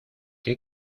qué